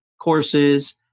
courses